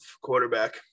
quarterback